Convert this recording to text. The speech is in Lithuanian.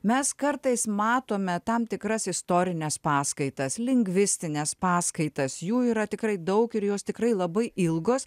mes kartais matome tam tikras istorines paskaitas lingvistines paskaitas jų yra tikrai daug ir jos tikrai labai ilgos